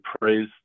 praise